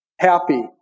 happy